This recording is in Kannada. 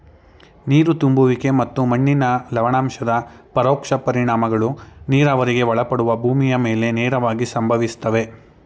ನೀರು ತುಂಬುವಿಕೆ ಮತ್ತು ಮಣ್ಣಿನ ಲವಣಾಂಶದ ಪರೋಕ್ಷ ಪರಿಣಾಮಗಳು ನೀರಾವರಿಗೆ ಒಳಪಡುವ ಭೂಮಿಯ ಮೇಲೆ ನೇರವಾಗಿ ಸಂಭವಿಸ್ತವೆ